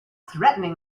threatening